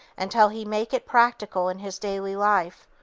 until he make it practical in his daily life,